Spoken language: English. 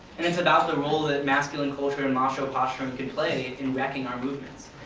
and it's about the role that masculine culture and macho posture can play in wrecking our movements.